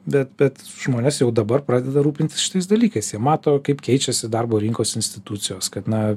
bet bet žmonės jau dabar pradeda rūpintis šitais dalykais jie mato kaip keičiasi darbo rinkos institucijos kad na